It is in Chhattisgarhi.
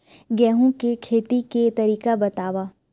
गेहूं के खेती के तरीका बताव?